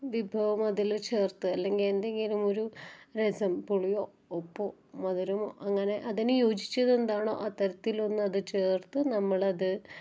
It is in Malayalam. വിഭവം അതിൽ ചേർത്ത് അല്ലെങ്കിൽ എന്തെങ്കിലുമൊരു രസം പുളിയോ ഉപ്പോ മധുരമോ അങ്ങനെ അതിന് യോജിച്ചത് എന്താണോ അത്തരത്തിലൊന്നത് ചേർത്ത് നമ്മളത്